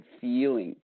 feeling